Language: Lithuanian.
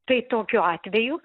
tai tokiu atveju